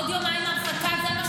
עוד יומיים הרחקה זה מה שיפתור?